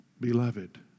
beloved